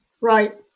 Right